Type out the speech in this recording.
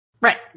Right